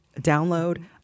download